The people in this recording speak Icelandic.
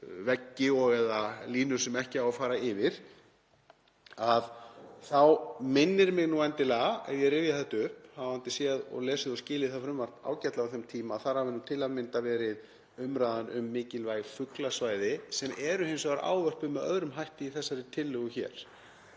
veggi eða línur sem ekki á að fara yfir. Þá minnir mig nú endilega, ef ég rifja þetta upp hafandi séð og lesið og skilið það frumvarp ágætlega á þeim tíma, að þar hafi til að mynda verið umræða um mikilvæg fuglasvæði. Þau eru hins vegar ávörpuð með öðrum hætti í þessari tillögu hér.